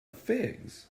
figs